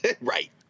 Right